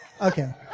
Okay